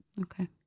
Okay